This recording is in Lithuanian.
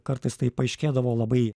kartais tai paaiškėdavo labai